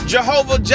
Jehovah